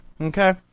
Okay